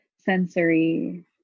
sensory